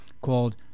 called